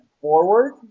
forward